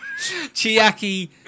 Chiaki